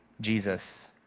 Jesus